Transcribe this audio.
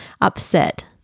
upset